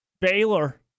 Baylor